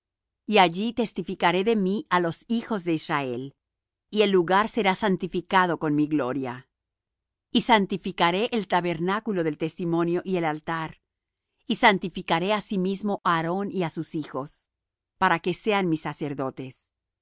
y allí testificaré de mí á los hijos de israel y el lugar será santificado con mi gloria y santificaré el tabernáculo del testimonio y el altar santificaré asimismo á aarón y á sus hijos para que sean mis sacerdotes